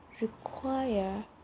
require